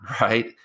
Right